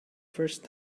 first